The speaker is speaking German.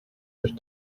sich